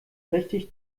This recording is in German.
richtig